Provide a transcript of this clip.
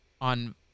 on